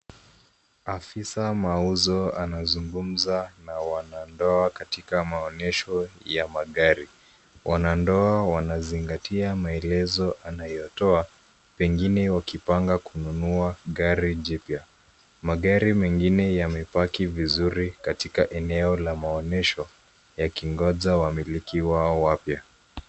Afisa mauzo anazungumza na wanandoa katika maonyesho ya magari. Wanandoa wanazingatia maelezo anayotoa, pengine wakipanga kununua gari jipya. Magari mengine yamepaki vizuri katika eneo la maonyesho yakingoja wamiliki wao wapya.